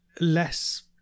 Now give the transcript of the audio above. less